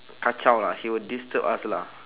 kacau lah he will disturb us lah